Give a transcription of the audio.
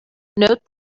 note